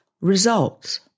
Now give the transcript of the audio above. results